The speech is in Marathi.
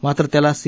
मात्र त्याला सी